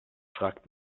fragt